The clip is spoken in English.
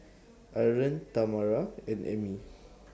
Arlen Tamara and Emmie